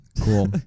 Cool